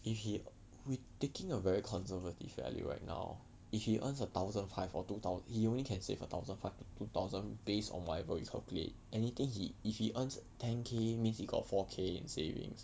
if he we taking a very conservative value right now if he earns a thousand five or two thousand he only can save a thousand five to two thousand based on whatever we calculate anything he if he earns ten K means he got four K in savings